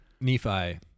Nephi